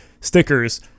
stickers